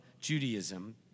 Judaism